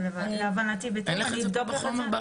אבל להבנתי בתיאום --- אין לך את זה בחומר בהחלטה?